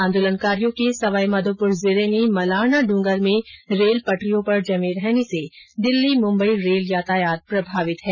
आंदोलनकारियों के सवाईमाधोपुर जिले के मलारना डूंगर में रेल पटरियों पर जमे रहने से दिल्ली मुम्बई रेल यातायात प्रभावित है